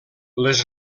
les